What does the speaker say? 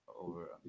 over